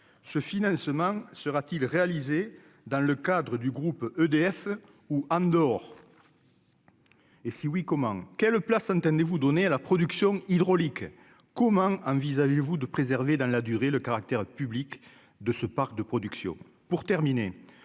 ce financement sera-t-il réalisé dans le cadre du groupe EDF ou Andorre et si oui comment, quelle place, entendez-vous donner à la production hydraulique, comment envisagez-vous de préserver dans la durée, le caractère public de ce parc de production